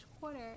Quarter